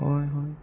হয় হয়